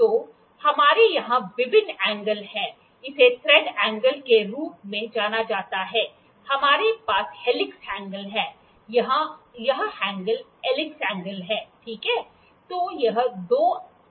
तो हमारे यहां विभिन्न एंगल हैं इसे थ्रेड एंगल के रूप में जाना जाता है हमारे पास हेलिक्स एंगल है यह एंगल हेलिक्स एंगल है ठीक है